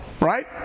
Right